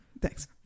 Thanks